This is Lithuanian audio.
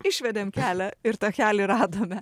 išvedėm kelią ir takelį radome